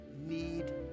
need